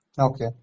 Okay